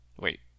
wait